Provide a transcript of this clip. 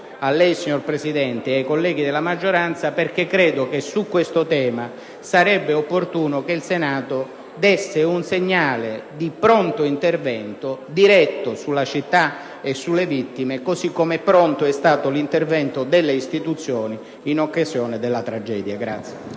appello a lei, signor Presidente, e ai colleghi della maggioranza perché ritengo che su questo argomento sarebbe opportuno che il Senato desse un segnale di pronto intervento diretto alla città e alle vittime, così come pronto è stato l'intervento delle istituzioni in occasione della tragedia. Con